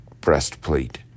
breastplate